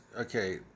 okay